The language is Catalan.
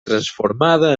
transformada